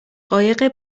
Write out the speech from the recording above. قایق